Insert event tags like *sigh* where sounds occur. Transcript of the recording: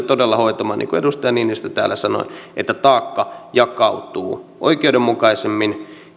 *unintelligible* todella hoitamaan niin kuin edustaja niinistö täällä sanoi että taakka jakautuu oikeudenmukaisemmin